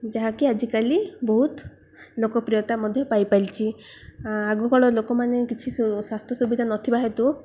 ଯାହାକି ଆଜିକାଲି ବହୁତ ଲୋକପ୍ରିୟତା ମଧ୍ୟ ପାଇପାରିଛି ଆଗକାଳ ଲୋକମାନେ କିଛି ସ୍ୱାସ୍ଥ୍ୟ ସୁବିଧା ନଥିବା ହେତୁ